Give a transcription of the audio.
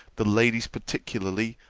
the ladies particularly,